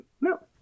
No